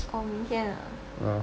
oh 明天啊